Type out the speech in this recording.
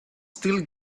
still